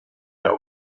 der